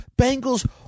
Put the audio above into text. Bengals